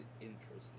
interesting